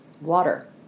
water